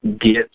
get